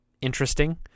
interesting